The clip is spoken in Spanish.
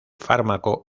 fármaco